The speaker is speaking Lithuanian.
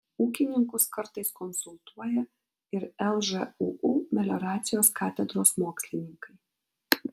ūkininkus kartais konsultuoja ir lžūu melioracijos katedros mokslininkai